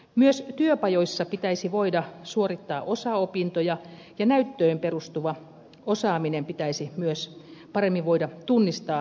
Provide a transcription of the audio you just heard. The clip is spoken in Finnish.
myös työpajoissa pitäisi voida suorittaa osaopintoja ja näyttöön perustuva osaaminen pitäisi myös paremmin voida tunnistaa